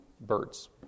birds